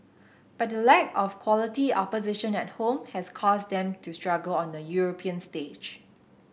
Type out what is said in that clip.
but the lack of quality opposition at home has caused them to struggle on the European stage